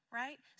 right